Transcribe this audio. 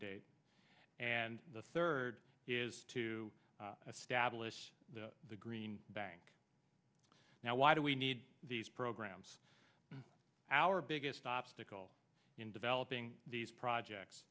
date and the third is to establish the green bank now why do we need these programs our biggest obstacle in developing these projects